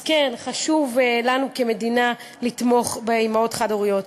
אז כן, חשוב לנו כמדינה לתמוך באימהות חד-הוריות.